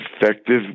effective